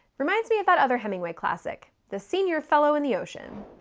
reminds me of that other hemingway classic. the senior fellow and the ocean.